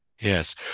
yes